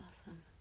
awesome